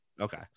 okay